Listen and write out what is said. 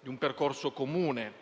di un percorso comuni,